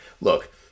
look